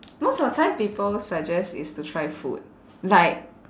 most of the time people suggest is to try food like